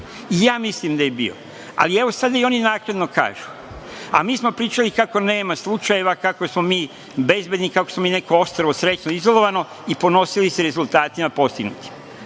i ja mislim da je bio. Ali, evo sada i oni naknadno kažu, a mi smo pričali kako nema slučajeva, kako smo mi bezbedni, kako smo mi neko ostrvo srećno izolovano i ponosili se rezultatima postignutim. Ponavljam